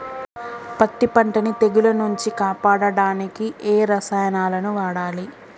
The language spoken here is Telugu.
పత్తి పంటని తెగుల నుంచి కాపాడడానికి ఏ రసాయనాలను వాడాలి?